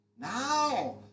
Now